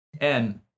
And-